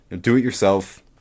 do-it-yourself